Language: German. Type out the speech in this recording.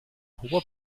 hoher